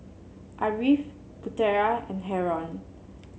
Ariff Putera and Haron